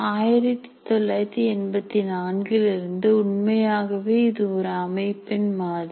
1984 இல் இருந்து உண்மையாகவே இது ஒரு அமைப்பின் மாதிரி